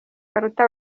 baruta